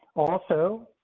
also.